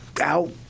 out